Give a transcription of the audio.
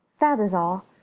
that is all.